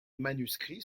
manuscrits